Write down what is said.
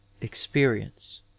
experience